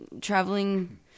traveling